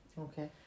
Okay